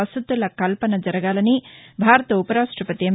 వసతుల కల్పన జరగాలని భారత ఉపరాష్టపతి ఎమ్